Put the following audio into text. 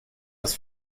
das